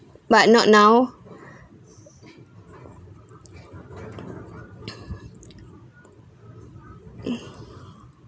but not now